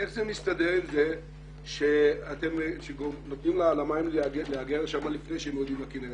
איך זה מסתדר עם זה שאתם נותנים למים להיאגר שם לפני שהם יורדים לכינרת?